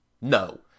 No